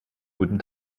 guten